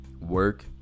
work